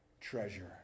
treasure